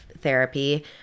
therapy